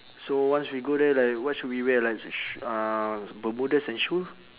so once we go there like what should we wear like sh~ uh bermudas and shoe